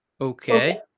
Okay